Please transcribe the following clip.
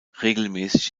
regelmäßig